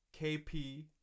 KP